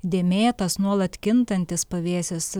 dėmėtas nuolat kintantis pavėsis